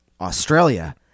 Australia